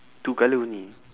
two colour only